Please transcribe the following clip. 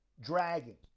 dragging